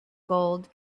gold